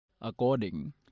According